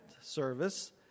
service